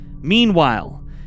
Meanwhile